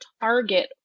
target